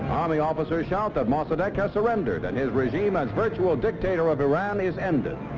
army officers shout that mossadeg has surrendered and his regime as virtual dictator of iran is ended.